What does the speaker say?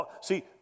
See